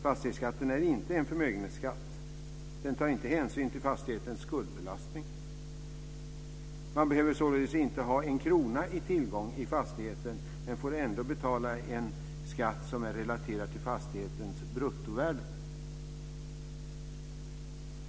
Fastighetsskatten är inte en förmögenhetsskatt. Den tar inte hänsyn till fastighetens skuldbelastning. Man behöver således inte ha en krona i tillgång i fastigheten men får ändå betala en skatt som är relaterad till fastighetens bruttovärde.